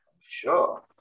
Sure